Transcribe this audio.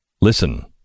Listen